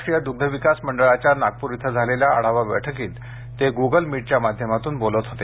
राष्ट्रीय दुग्धविकास मंडळाच्या नागपूर इथं झालेल्या आढावा बैठकीत ते गुगल मीटच्या माध्यमातून बोलत होते